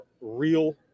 real